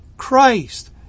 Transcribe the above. Christ